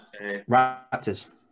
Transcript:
Raptors